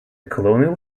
colonial